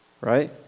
right